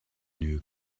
new